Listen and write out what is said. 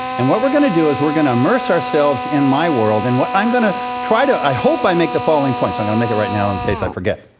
and what we're going to do is we're going to immerse ourselves in my world. and what i'm going to try i hope i make the following points. i'm going to make it right now in case i forget.